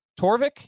Torvik